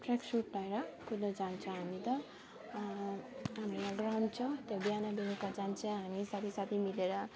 track suit लगाएर कुद्नु जान्छौँ हामी त हाम्रोमा ग्राउन्ड छ त्यो बिहान बेलुका जान्छ हामी साथी साथी मिलेर